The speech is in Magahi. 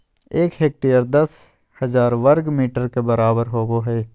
एक हेक्टेयर दस हजार वर्ग मीटर के बराबर होबो हइ